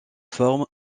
formes